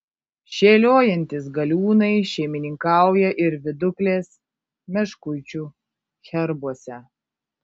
šėliojantys galiūnai šeimininkauja ir viduklės meškuičių herbuose